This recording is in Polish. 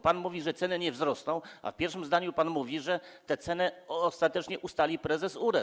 Pan twierdzi, że ceny nie wzrosną, a w pierwszym zdaniu pan mówi, że te ceny ostatecznie ustali prezes URE.